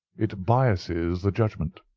it biases the judgment.